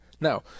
now